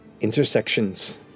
Intersections